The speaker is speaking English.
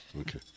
Okay